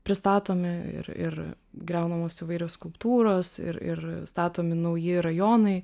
pristatomi ir ir griaunamos įvairios skulptūros ir ir statomi nauji rajonai